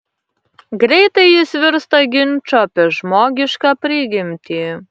greitai jis virsta ginču apie žmogišką prigimtį